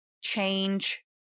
change